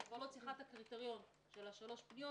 אני לא צריכה את הקריטריון של ה-3 פניות.